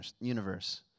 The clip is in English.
universe